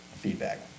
feedback